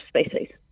species